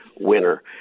winner